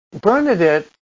Bernadette